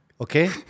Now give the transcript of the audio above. Okay